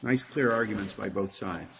nice clear arguments by both sides